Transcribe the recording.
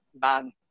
man